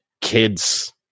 kids